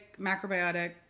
macrobiotic